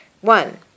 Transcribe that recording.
one